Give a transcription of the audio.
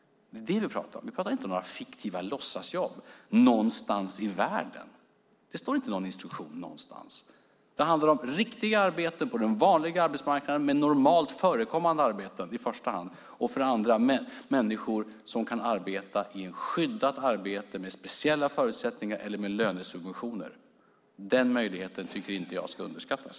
Det är vad vi talar om. Vi talar inte om några fiktiva låtsasjobb någonstans i världen. Det står inte i någon instruktion någonstans. Det handlar om riktiga arbeten på den vanliga arbetsmarknaden med normalt förekommande arbeten i första hand och för det andra om människor som kan arbeta i ett skyddat arbete med speciella förutsättningar eller med lönesubventioner. Den möjligheten tycker inte jag ska underskattas.